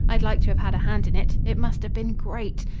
i'd like to have had a hand in it. it must have been great.